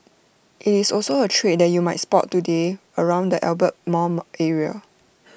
IT is also A trade that you might spot today around the Albert mall area